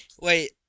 Wait